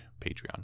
Patreon